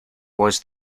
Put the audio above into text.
was